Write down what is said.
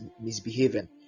misbehaving